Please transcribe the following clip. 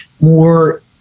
more